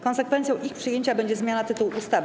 Konsekwencją ich przyjęcia będzie zmiana tytułu ustawy.